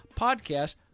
podcast